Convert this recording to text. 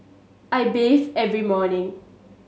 I bathe every morning